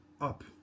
up